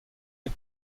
les